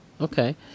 Okay